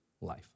life